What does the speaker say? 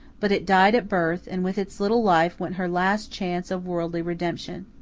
but it died at birth, and with its little life went her last chance of worldly redemption.